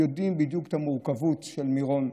יודע בדיוק את המורכבות של מירון,